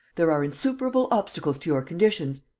there are insuperable obstacles to your conditions.